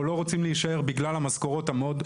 לא רוצים להישאר בגלל המשכורות המאוד,